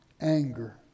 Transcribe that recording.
anger